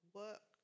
work